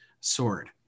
sword